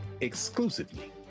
exclusively